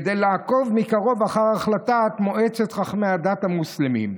כדי לעקוב מקרוב אחר החלטת מועצת חכמי הדת המוסלמים.